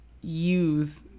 use